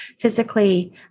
physically